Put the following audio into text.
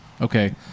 Okay